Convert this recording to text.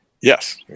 Yes